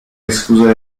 diskuse